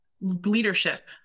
leadership